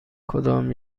کدام